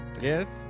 Yes